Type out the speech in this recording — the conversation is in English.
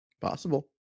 possible